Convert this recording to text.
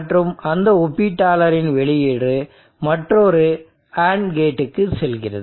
மற்றும் அந்த ஒப்பீட்டாளரின் வெளியீடு மற்றொரு AND கேட்க்கு செல்கிறது